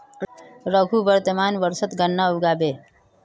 रघु वर्तमान वर्षत गन्ना उगाबे